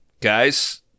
Guys